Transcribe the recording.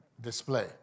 display